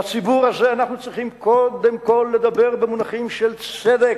לציבור הזה אנחנו צריכים קודם כול לדבר במונחים של צדק: